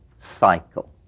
cycle